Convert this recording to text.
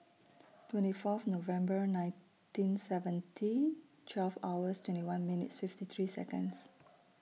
twenty Fourth November nineteen seventy twelve hours twenty one minutes fifty three Seconds